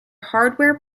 hardware